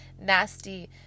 nasty